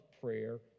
prayer